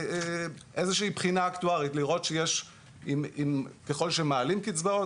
בחינה אקטוארית; לראות שככל שמעלים קצבאות,